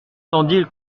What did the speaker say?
tandis